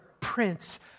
prince